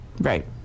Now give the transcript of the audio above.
Right